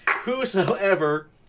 whosoever